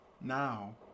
Now